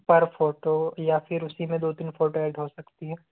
पर फ़ोटो या फिर उसी में दो तीन फ़ोटो ऐड हो सकती हैं